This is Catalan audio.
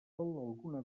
alguna